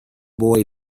boy